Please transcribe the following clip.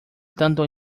tanto